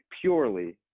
purely –